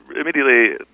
immediately